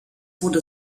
wurde